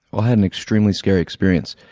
ah had an extremely scary experience.